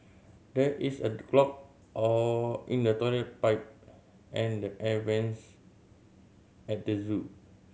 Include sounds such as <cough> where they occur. there is a <unintelligible> clog or in the toilet pipe and the air vents at the zoo